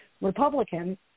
Republican